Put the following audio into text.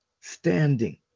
standing